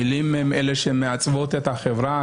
מילים הן אלה שמעצבות את החברה,